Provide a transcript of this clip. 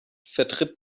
vertritt